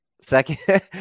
Second